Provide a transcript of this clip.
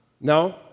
No